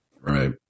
Right